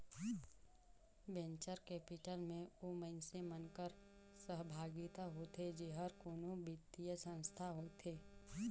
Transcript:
venture capital में ओ मइनसे मन कर सहभागिता होथे जेहर कोनो बित्तीय संस्था होथे